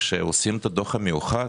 כשעושים את הדוח המאוחד